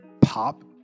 pop